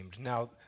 Now